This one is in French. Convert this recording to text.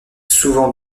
souvent